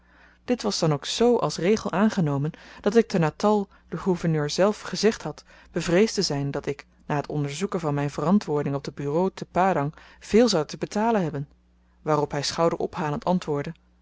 dit was dan ook z als regel aangenomen dat ik te natal den gouverneur zelf gezegd had bevreesd te zyn dat ik na t onderzoeken van myn verantwoording op de bureaux te padang veel zou te betalen hebben waarop hy schouder-ophalend antwoordde